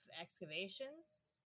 excavations